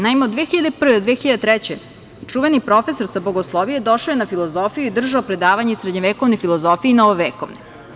Naime, 2001. do 2003. godine čuveni profesor sa Bogoslovije došao je na filozofiju i držao je predavanje o srednjovekovnoj filozofiji novovekovne.